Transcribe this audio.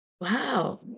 wow